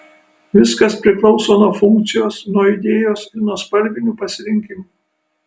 viskas priklauso nuo funkcijos nuo idėjos ir nuo spalvinių pasirinkimų